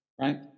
right